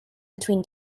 between